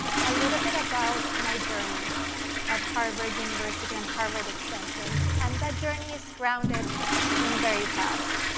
a little bit about my journey at harvard university and harvard extension. and that journey is grounded in veritas.